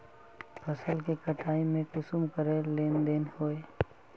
फसल के कटाई में कुंसम करे लेन देन होए?